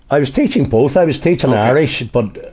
i was teaching both. i was teaching irish but,